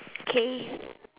K